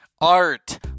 art